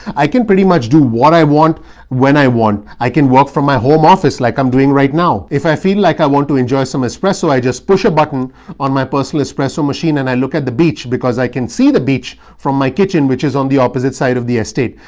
i can pretty much do what i want when i want. i can work from my home office like i'm doing right now. if i feel like i want to enjoy some espresso, i just push a button on my personal espresso machine and i look at the beach because i can see the beach from my kitchen, which is on the opposite side of the estate.